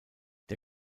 der